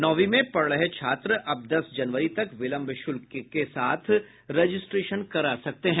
नौवीं में पढ़ रहे छात्र अब दस जनवरी तक विलंब शुल्क के साथ राजिस्ट्रेशन करा सकते हैं